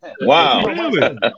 Wow